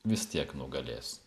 vis tiek nugalės